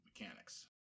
mechanics